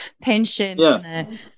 pension